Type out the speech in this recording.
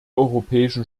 europäischen